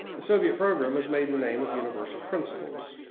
the soviet program is made in the name of universal principles.